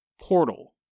portal